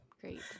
great